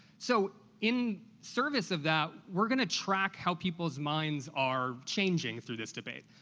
so in service of that, we're gonna track how people's minds are changing through this debate.